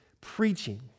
preaching